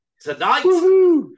Tonight